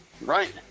right